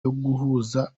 ubutaka